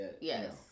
yes